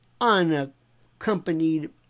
Unaccompanied